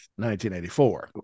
1984